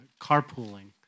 carpooling